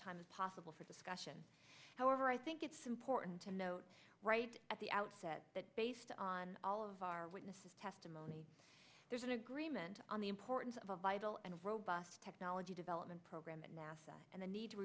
time as possible for discussion however i think it's important to note at the outset that based on all of our witnesses testimony there's an agreement on the importance of a vital and robust technology development program at nasa and the need to